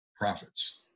profits